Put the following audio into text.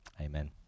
amen